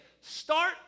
Start